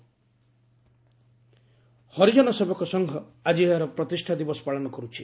ହରିଜନ ସେବକ ସଂଘ ହରିଜନ ସେବକ ସଂଘ ଆଜି ଏହାର ପ୍ରତିଷ୍ଠା ଦିବସ ପାଳନ କରୁଛି